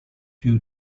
due